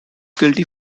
guilty